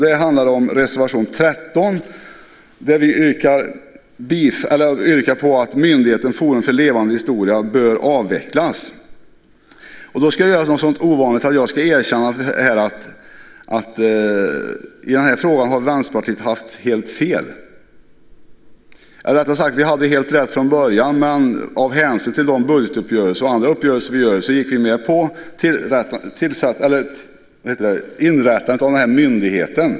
Det gäller reservation 13 där vi yrkar att myndigheten Forum för levande historia bör avvecklas. Jag ska göra något så ovanligt att jag ska erkänna att i den här frågan har Vänsterpartiet haft helt fel, eller rättare sagt att vi hade helt rätt från början. Av hänsyn till de budgetuppgörelser och andra uppgörelser vi gör gick vi med på inrättandet av myndigheten.